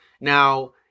Now